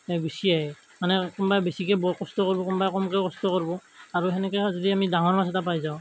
গুচি আহে মানে কোনোবাই বেছিকৈ বৰ কষ্ট কৰিব কোনোবাই কমকৈ কষ্ট কৰিব আৰু সেনেকৈ যদি আমি ডাঙৰ মাছ এটা পাই যাওঁ